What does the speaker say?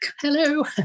hello